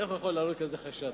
איך הוא יכול להעלות כזה חשד?